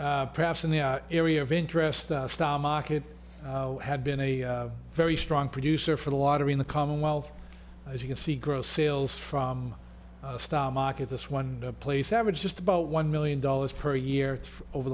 perhaps in the area of interest the stock market had been a very strong producer for the lottery in the commonwealth as you can see grow sales from stock market this one place average just about one million dollars per year over